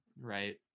Right